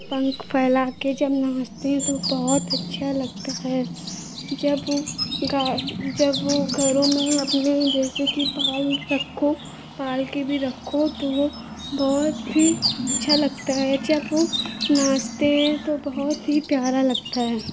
पन्ख फैलाकर जब नाचते हैं तो बहुत अच्छा लगता है जब वह गा जब वह घरों में अपने जैसे कि पाल रखो पालकर भी रखो तो वह बहुत ही अच्छा लगता है जब वह नाचते हैं तो बहुत ही प्यारा लगता है